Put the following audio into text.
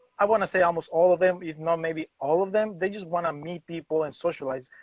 i want to say almost all of them, if not maybe all of them. they just want to meet people and socialize,